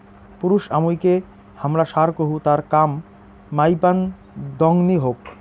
পুরুছ আমুইকে হামরা ষাঁড় কহু তার কাম মাইপান দংনি হোক